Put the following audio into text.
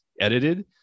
edited